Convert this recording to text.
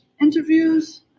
interviews